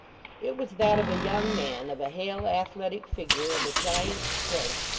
it was that of a young man, of a hale athletic figure, and a giant's strength,